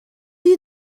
you